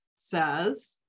says